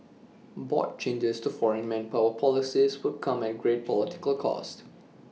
broad changes to foreign manpower policies would come at great political cost